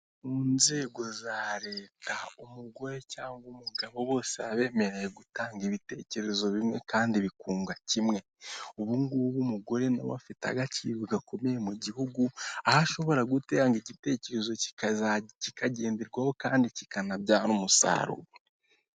Mu nzego za leta umugore cyangwa umugabo bose baba bemerewe gutanga ibitekerezo bimwe kandi bikunga kimwe ubungubu umugore nawe afite agaciro gakomeye mu gihugu aho ashobora gutanga igitekerezo kikagenderwaho kandi kikanabyara umusaruro .